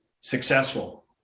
successful